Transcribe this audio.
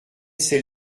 sait